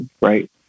right